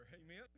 amen